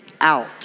out